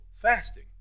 fasting